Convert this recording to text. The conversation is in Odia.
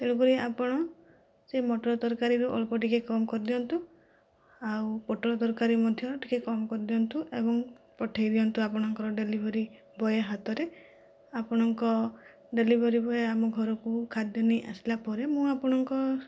ତେଣୁ କରି ଆପଣ ସେ ମଟର ତରକାରୀରୁ ଅଳ୍ପ ଟିକେ କମ କରିଦିଅନ୍ତୁ ଆଉ ପୋଟଳ ତରକାରୀ ମଧ୍ୟ ଟିକେ କମ କରିଦିଅନ୍ତୁ ଏବଂ ପଠାଇ ଦିଅନ୍ତୁ ଆପଣଙ୍କର ଡେଲିଭରି ବଏ ହାତରେ ଆପଣଙ୍କ ଡେଲିଭରି ବଏ ଆମ ଘରକୁ ଖାଦ୍ୟ ନେଇ ଆସିଲା ପରେ ମୁଁ ଆପଣଙ୍କ